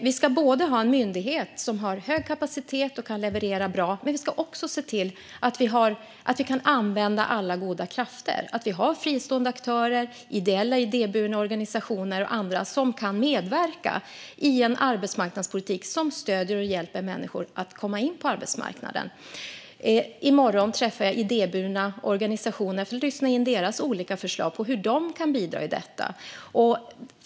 Vi ska inte bara ha en myndighet som har hög kapacitet och kan leverera bra resultat, utan vi ska också se till att vi kan använda alla goda krafter - att vi har fristående aktörer, ideella idéburna organisationer och andra som kan medverka i en arbetsmarknadspolitik som hjälper människor att komma in på arbetsmarknaden. I morgon träffar jag idéburna organisationer för att lyssna in deras olika förslag på hur de kan bidra i detta.